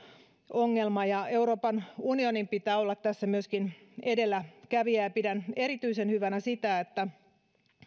ongelma ja euroopan unionin pitää olla tässä myöskin edelläkävijä pidän erityisen hyvänä sitä että